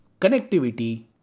connectivity